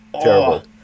Terrible